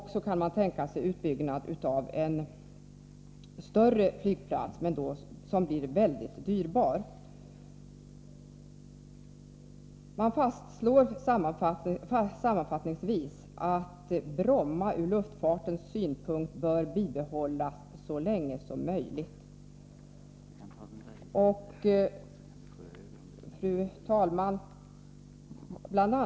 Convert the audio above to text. Slutligen kan man tänka sig byggande av en större flygplats, som dock blir väldigt dyrbar. Man fastslår sammanfattningsvis att Bromma ur luftfartens synpunkt bör bibehållas så länge som möjligt. Fru talman! Bl.